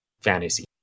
fantasy